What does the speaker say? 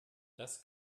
das